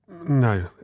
No